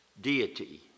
deity